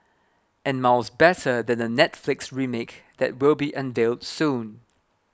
and miles better than the Netflix remake that will be unveiled soon